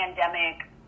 pandemic